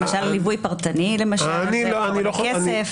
למשל ליווי פרטני עולה כסף.